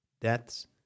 deaths